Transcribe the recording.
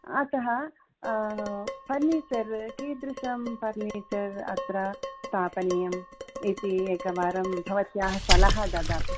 अतः फ़र्निचर् कीदृशं फ़र्निचर् अत्र स्थापनीयम् इति एकवारं भवत्याः सलह ददातु